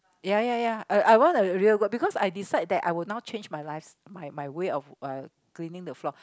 ya ya ya uh I want a real good because I decide that I will now change my life my my way of uh cleaning the floor